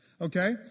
Okay